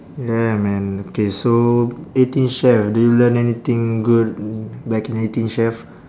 yeah man okay so eighteen chef do you learn anything good back in eighteen chef